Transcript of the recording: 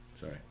Sorry